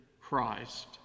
Christ